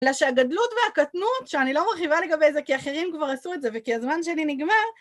אלא שהגדלות והקטנות, שאני לא מרחיבה לגבי זה כי אחרים כבר עשו את זה וכי הזמן שלי נגמר..